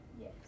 Yes